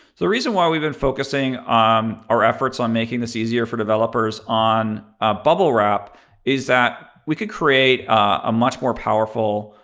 the reason why we've been focusing um our efforts on making this easier for developers on bubblewrap is that we could create a much more powerful,